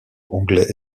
anglais